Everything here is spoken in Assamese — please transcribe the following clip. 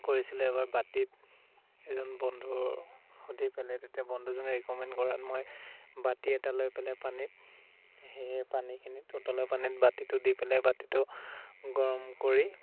কৰিছিলোঁ এবাৰ বাতিত এজন বন্ধুৰ সুধি পেলাই তেতিয়া বন্ধুজনে ৰিকমেণ্ড কৰাত মই বাতি এটা লৈ পেলাই পানীত সেই পানীখিনিত উতলা পানীত বাতিটো দি পেলাই বাতিটো গৰম কৰি